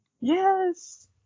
Yes